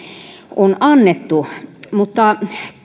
on annettu mutta